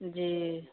जी